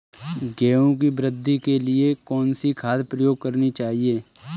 गेहूँ की वृद्धि के लिए कौनसी खाद प्रयोग करनी चाहिए?